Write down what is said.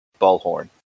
Ballhorn